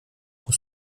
muss